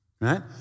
right